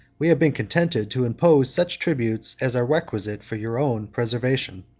we have been contented to impose such tributes as are requisite for your own preservation.